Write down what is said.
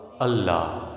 Allah